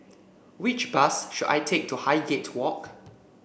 which bus should I take to Highgate Walk